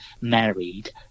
married